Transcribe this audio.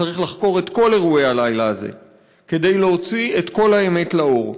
צריך לחקור את כל אירועי הלילה הזה כדי להוציא את כל האמת לאור,